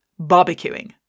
barbecuing